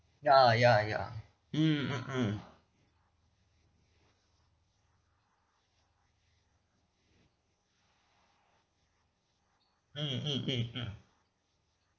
ah ya ya mm mm mm mm mm mm mm